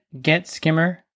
GetSkimmer